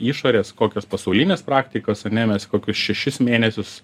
išorės kokios pasaulinės praktikos ane mes kokius šešis mėnesius